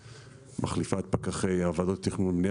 ומחליפה את פקחי ועדות התכנון והבנייה.